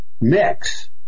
mix